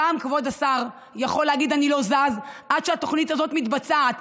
גם כבוד השר יכול להגיד: אני לא זז עד שהתוכנית הזאת מתבצעת.